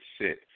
sit